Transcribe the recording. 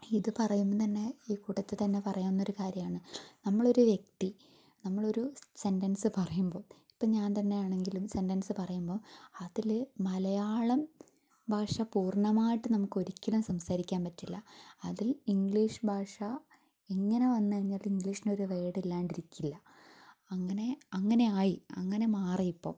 ഇത് പറയുമ്പം തന്നെ ഈ കൂട്ടത്തിൽതന്നെ പറയാവുന്ന ഒരു കാര്യമാണ് നമ്മളൊരു വ്യക്തി നമ്മളൊരു സെന്റൻസ് പറയുമ്പോൾ ഇപ്പോൾ ഞാൻ തന്നെ ആണെങ്കിലും സെന്റൻസ് പറയുമ്പോൾ അതിൽ മലയാളം ഭാഷ പൂർണ്ണമായിട്ടും നമുക്കൊരിക്കലും സംസാരിക്കാൻ പറ്റില്ല അതിൽ ഇംഗ്ലീഷ് ഭാഷ എങ്ങനെ വന്നു കഴിഞ്ഞാലും ഇംഗ്ലീഷിൻ്റെ ഒരു വേർഡ് ഇല്ലാതിരിക്കില്ല അങ്ങനെ അങ്ങനെ ആയി അങ്ങനെ മാറി ഇപ്പോൾ